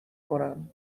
کنم